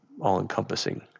all-encompassing